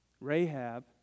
Rahab